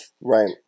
right